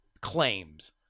claims